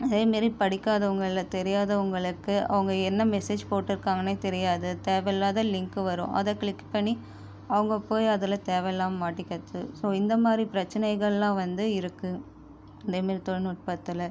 அதே மாரி படிக்காதவங்களை தெரியாதவங்களுக்கு அவங்க என்ன மெசேஜ் போட்டுருக்காங்கன்னே தெரியாது தேவைல்லாத லிங்க் வரும் அதை கிளிக் பண்ணி அவங்க போய் அதில் தேவைல்லாம மாட்டிக்கத்து ஸோ இந்தமாதிரி பிரச்சினைகள்ளா வந்து இருக்குது இதே மாரி தொழில்நுட்பத்தில்